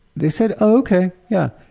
they said, oh, ok, yeah.